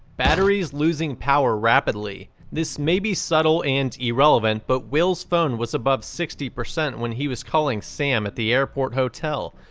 batteries losing power rapidly. this may be subtle and irrelevant, but will's phone was above sixty percent when he was calling sam at the airport hotel.